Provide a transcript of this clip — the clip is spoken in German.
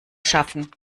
schaffen